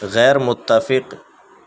غیر متفق